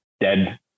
dead